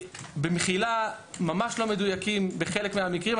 במחילה, הם ממש לא מדויקים בחלק מהמקרים.